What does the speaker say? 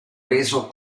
reso